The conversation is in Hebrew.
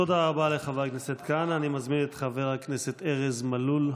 תודה רבה לחבר הכנסת כהנא.